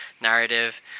narrative